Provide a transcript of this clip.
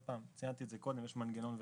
יש מנגנון לכך.